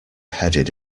headed